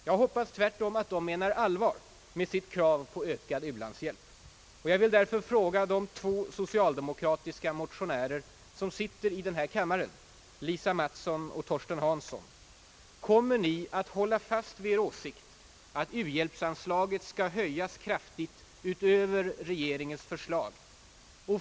Jag hoppas tvärtom att de menar allvar med sitt krav på ökad u-hjälp. Jag vill därför fråga de två socialdemokratiska motionärer som sitter i denna kammare, Lisa Mattson och Torsten Hansson, om ni kommer att hålla fast vid er åsikt att u-hjälpsanslaget skall höjas kraftigt utöver regeringens förslag.